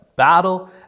battle